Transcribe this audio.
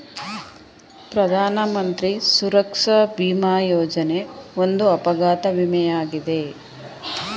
ಪ್ರಧಾನಮಂತ್ರಿ ಸುರಕ್ಷಾ ಭಿಮಾ ಯೋಜನೆ ಒಂದು ಅಪಘಾತ ವಿಮೆ ಯಾಗಿದೆ